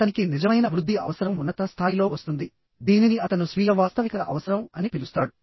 అతనికి నిజమైన వృద్ధి అవసరం ఉన్నత స్థాయిలో వస్తుంది దీనిని అతను స్వీయ వాస్తవికత అవసరం అని పిలుస్తాడు